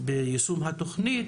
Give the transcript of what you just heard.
ביישום התוכנית.